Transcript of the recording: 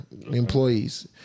employees